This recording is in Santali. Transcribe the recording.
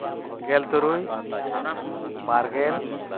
ᱜᱮᱞ ᱛᱩᱨᱩᱭ ᱵᱟᱨ ᱜᱮᱞ